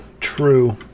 true